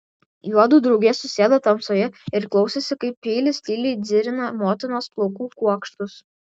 juodu drauge susėdo tamsoje ir klausėsi kaip peilis tyliai dzirina motinos plaukų kuokštus